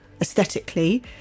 aesthetically